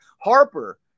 Harper